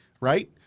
right